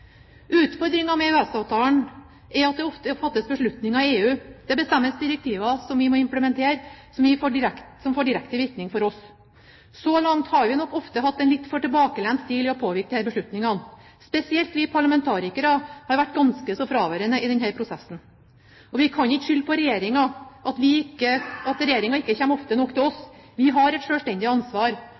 med EØS-avtalen er at det i EU ofte fattes beslutninger – det bestemmes direktiver som vi må implementere – som får direkte virkning for oss. Så langt har vi nok ofte hatt en litt for tilbakelent holdning med hensyn til å påvirke disse beslutningene, spesielt har vi parlamentarikere vært ganske så fraværende i denne prosessen. Og vi kan ikke skylde på at Regjeringen ikke kommer ofte nok til oss, vi har et selvstendig ansvar.